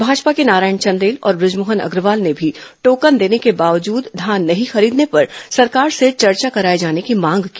भाजपा के नारायण चंदेल और ब्रजमोहन अग्रवाल ने भी टोकन देने के बावजूद धान नहीं खरीदने पर सरकार से चर्चा कराए जाने की मांग की